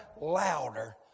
louder